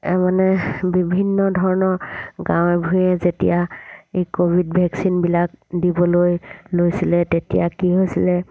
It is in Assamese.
মানে বিভিন্ন ধৰণৰ গাঁৱে ভূঞে যেতিয়া এই ক'ভিড ভেকচিনবিলাক দিবলৈ লৈছিলে তেতিয়া কি হৈছিলে